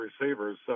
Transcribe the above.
receivers